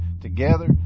Together